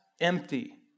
empty